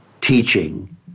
teaching